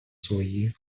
свої